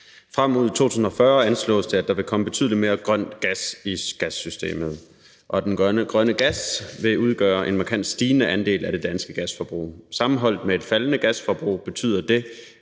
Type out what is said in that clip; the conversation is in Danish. Frem mod 2040 anslås det at der vil komme betydelig mere grøn gas i gassystemet, og at den grønne gas vil udgøre en markant stigende andel af det danske gasforbrug. Sammenholdt med et faldende gasforbrug betyder det,